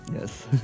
yes